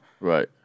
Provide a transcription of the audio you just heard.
Right